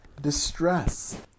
distress